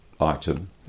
item